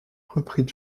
reprit